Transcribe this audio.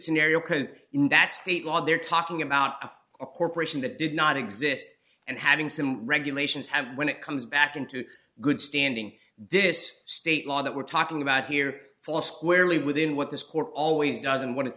because in that state law they're talking about a corporation that did not exist and having some regulations have when it comes back into good standing this state law that we're talking about here for squarely within what this court always does and when it's